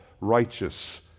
righteous